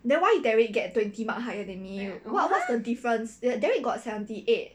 then why derrick get twenty mark higher than me what what's the difference derrick got seventy eight